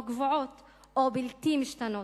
קבועות או בלתי משתנות.